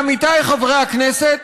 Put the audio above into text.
עמיתיי חברי הכנסת,